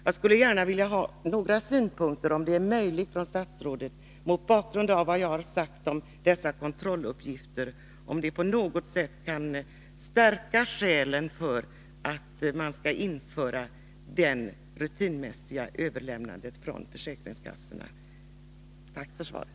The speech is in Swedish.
Jag skulle gärna vilja att statsrådet om möjligt angav några synpunkter, mot bakgrund av vad jag har sagt om dessa kontrolluppgifter, om det på något sätt kan stärka skälen för att man skall införa det rutinmässiga överlämnandet från försäkringskassorna. Tack för svaret.